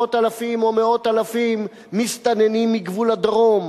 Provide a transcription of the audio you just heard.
עשרות אלפים או מאות אלפים מסתננים מגבול הדרום,